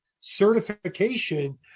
certification